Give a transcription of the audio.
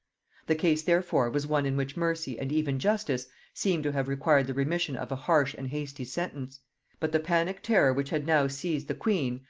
the case therefore was one in which mercy and even justice seem to have required the remission of a harsh and hasty sentence but the panic terror which had now seized the queen,